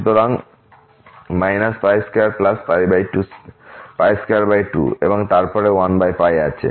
সুতরাং 222 এবং তারপর 1 আছে